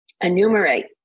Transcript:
enumerate